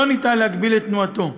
לא ניתן להגביל את תנועתו.